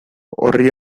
orri